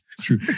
True